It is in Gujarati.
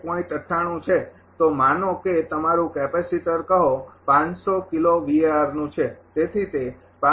તો માનો કે તમારું કેપેસિટર કહો kiloVAr નું છે